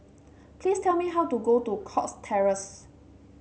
please tell me how to go to Cox Terrace